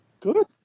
Good